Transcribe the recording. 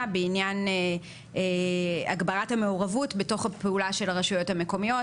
בעניין הגברת המעורבות בתוך הפעולה של הרשויות המקומיות,